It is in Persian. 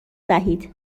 دهید